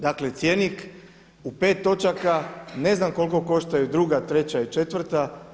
Dakle cjenik u pet točaka, ne znam koliko koštaju druga, treća i četvrta.